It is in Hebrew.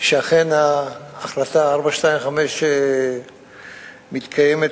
שאכן החלטה 425 מתקיימת